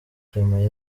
clement